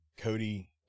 cody